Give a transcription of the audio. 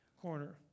corner